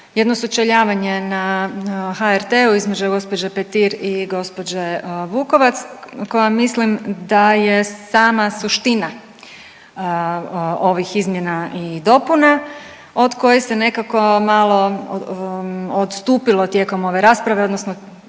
jedno sučeljavanje na HRT-u između gospođe Petir i gospođe Vukovac koja mislim da je sama suština ovih izmjena i dopuna od koje se nekako malo odstupilo tijekom ove rasprave odnosno